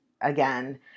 again